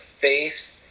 face